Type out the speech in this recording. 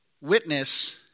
witness